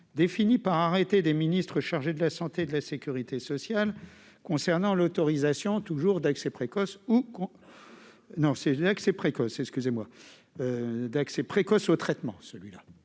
définie par arrêté des ministres chargés de la santé et de la sécurité sociale, concernant l'autorisation d'accès précoce aux traitements.